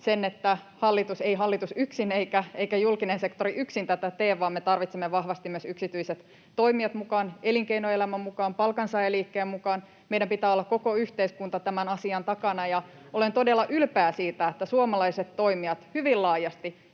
ettei hallitus yksin eikä julkinen sektori yksin tätä tee, vaan me tarvitsemme vahvasti myös yksityiset toimijat mukaan, elinkeinoelämän mukaan, palkansaajaliikkeen mukaan. Meidän pitää olla koko yhteiskunta tämän asian takana, ja olen todella ylpeä siitä, että suomalaiset toimijat hyvin laajasti